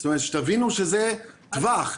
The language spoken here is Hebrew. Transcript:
זאת אומרת שתבינו שזה טווח.